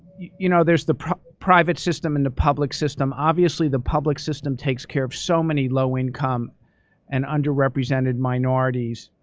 you know, there's the private system and the public system. obviously, the public system takes care of so many low income and underrepresented minorities.